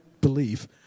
believe